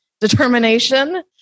determination